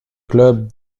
club